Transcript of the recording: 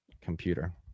computer